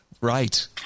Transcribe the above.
right